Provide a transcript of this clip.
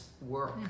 work